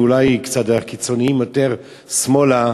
ואולי של הקיצונים יותר שמאלה,